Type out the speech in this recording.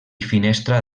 finestra